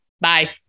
Bye